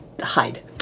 hide